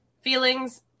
feelings